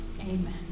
Amen